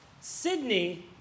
Sydney